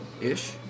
ish